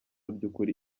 byukuri